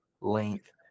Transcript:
length